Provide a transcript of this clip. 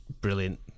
brilliant